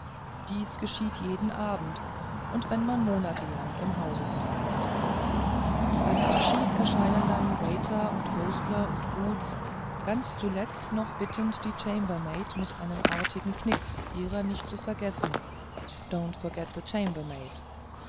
dies geschieht jeden abend und wenn man monate lang im haus verweilte beim abschiede erscheinen dann waiter und hostler und boots ganz zuletzt noch bittet die chambermaid mit einem artigen knicks ihrer nicht zu vergessen don't forget the chambermaid